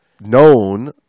known